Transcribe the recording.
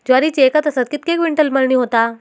ज्वारीची एका तासात कितके क्विंटल मळणी होता?